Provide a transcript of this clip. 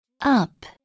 Up